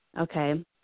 okay